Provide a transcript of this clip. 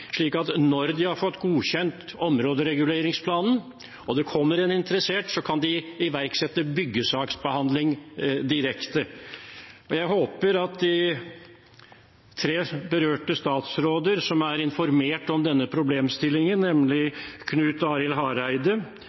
slik at når de har fått godkjent områdereguleringsplanen, og det kommer en interessent, så kan de iverksette byggesaksbehandling direkte. Jeg håper at de tre berørte statsråder som er informert om denne problemstillingen, nemlig Knut Arild Hareide,